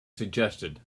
suggested